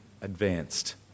advanced